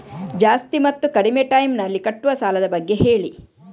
ಜಾಸ್ತಿ ಮತ್ತು ಕಡಿಮೆ ಟೈಮ್ ನಲ್ಲಿ ಕಟ್ಟುವ ಸಾಲದ ಬಗ್ಗೆ ಹೇಳಿ